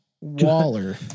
Waller